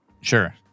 Sure